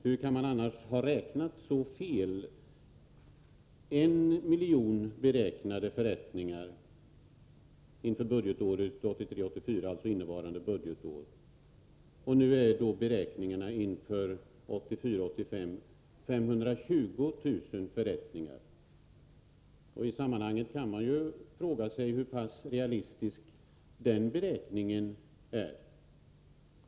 Hur kan man annars ha räknat så fel — 1 miljon beräknade förrättningar inför budgetåret 1983 85 520 000 förrättningar. I sammanhanget kan man också fråga sig hur pass realistisk denna beräkning är.